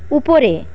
উপরে